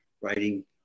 writing